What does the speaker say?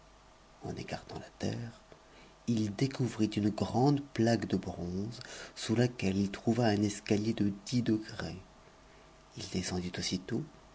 en écartant la terre il découvrit une grande plaque de bronze sous laquelle il trouva un escalier de dix degrés il descendit aussitôt